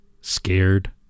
Scared